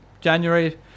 January